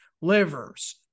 Livers